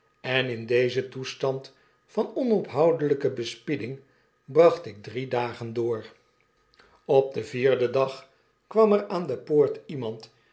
en in dezen toestand van onophoudelgke bespieding bracht ik drie dagen door op den vierden'dag kwam er aan de poort iemand